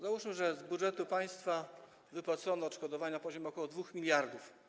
Załóżmy, że z budżetu państwa wypłacono odszkodowania na poziomie ok. 2 mld zł.